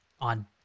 on